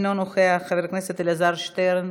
אינו נוכח, חבר הכנסת אלעזר שטרן,